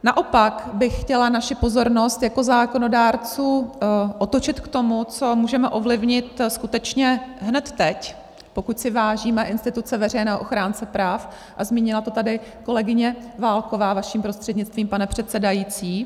Naopak bych chtěla naši pozornost jako zákonodárců otočit k tomu, co můžeme ovlivnit skutečně hned teď, pokud si vážíme instituce veřejného ochránce práv, a zmínila to tady kolegyně Válková, vaším prostřednictvím, pane předsedající.